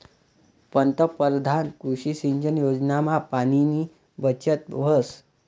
पंतपरधान कृषी सिंचन योजनामा पाणीनी बचत व्हस